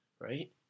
right